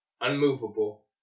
unmovable